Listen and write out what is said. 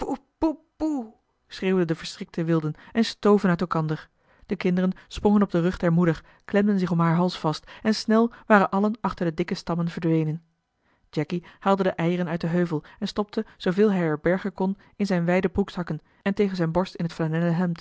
de verschrikte wilden en stoven uit elkander de kinderen sprongen op den rug der moeder klemden zich om haar hals vast en snel waren allen achter de dikke stammen verdwenen jacky haalde de eieren uit den heuvel en stopte zooveel hij er bergen kon in zijne wijde broekzakken en tegen zijne borst in het